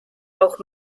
auch